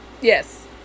yes